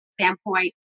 standpoint